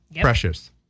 Precious